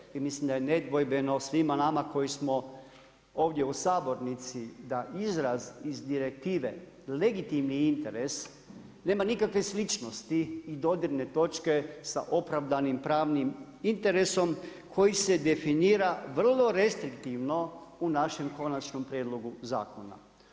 Jasno je i mislim da je nedvojbeno svima nama koji smo ovdje u sabornici da izraz iz Direktive, legitimni interes, nema nikakve sličnosti i dodirne točke sa opravdanim, pravnim interesom koji se definira vrlo restriktivno u našem konačnom prijedlogu zakona.